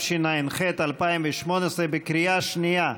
2), התשע"ח 2018, בקריאה שנייה.